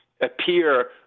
appear